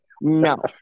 No